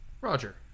Roger